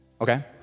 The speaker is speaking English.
okay